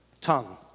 tongue